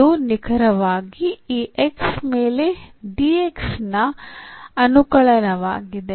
ಇದು ನಿಖರವಾಗಿ ಈ X ಭಾಗಿಸು dx ನ ಅನುಕಲನವಾಗಿದೆ